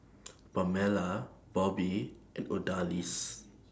Pamela Bobbie and Odalis